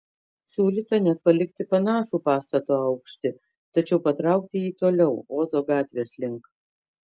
siūlyta net palikti panašų pastato aukštį tačiau patraukti jį toliau ozo gatvės link